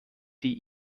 die